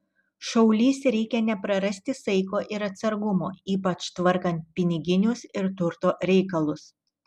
šaulys reikia neprarasti saiko ir atsargumo ypač tvarkant piniginius ir turto reikalus